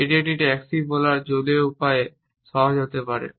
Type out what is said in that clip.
এটি একটি ট্যাক্সিকে বলার জলীয় উপায়ে সহজ হতে পারে